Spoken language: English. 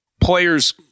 players